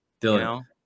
Dylan